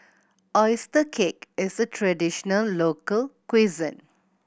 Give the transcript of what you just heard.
oyster cake is a traditional local cuisine